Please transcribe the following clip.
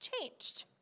changed